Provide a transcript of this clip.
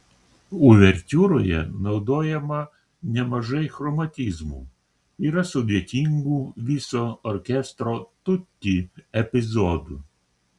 uvertiūroje naudojama nemažai chromatizmų yra sudėtingų viso orkestro tutti epizodų